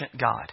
God